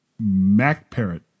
MacParrot